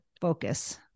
focus